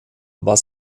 war